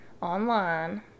online